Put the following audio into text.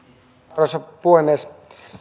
arvoisa puhemies